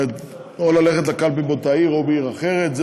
זאת אומרת, ללכת לקלפי באותה עיר או בעיר אחרת.